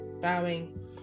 bowing